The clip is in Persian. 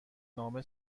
نامه